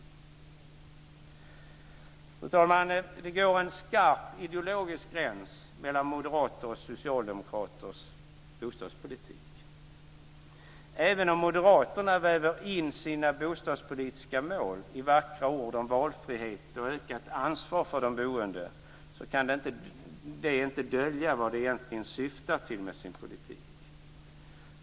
Fru talman! Det går en skarp ideologisk gräns mellan moderaters och socialdemokraters bostadspolitik. Även om Moderaterna väver in sina bostadspolitiska mål i vackra ord om valfrihet och ökat ansvar för de boende, kan det inte dölja vad de egentligen syftar till med sin politik.